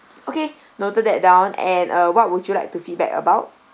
okay noted that down and uh what would you like to feedback about